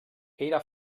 era